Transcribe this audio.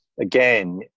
again